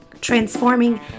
transforming